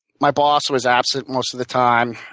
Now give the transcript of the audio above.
my boss was absent most of the time.